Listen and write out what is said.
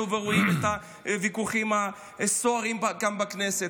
ורואים את הוויכוחים הסוערים כאן בכנסת.